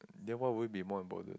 then what will it be more important